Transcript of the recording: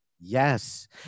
Yes